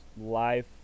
life